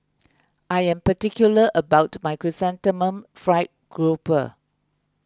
I am particular about my Chrysanthemum Fried Grouper